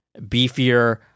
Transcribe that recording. beefier